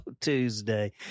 Tuesday